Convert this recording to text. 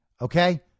okay